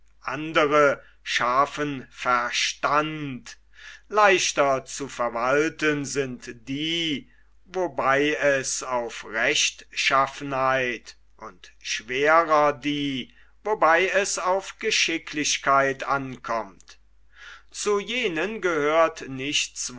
andere scharfen verstand leichter zu verwalten sind die wobei es auf rechtschaffenheit und schwerer die wobei es auf geschicklichkeit ankommt zu jenen gehört nichts